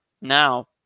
now